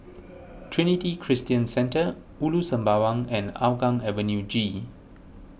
Trinity Christian Centre Ulu Sembawang and Hougang Avenue G